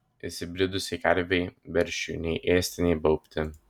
įsibridusiai karvei veršiui nei ėsti nei baubti